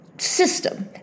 system